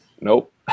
Nope